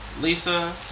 Lisa